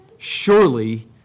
Surely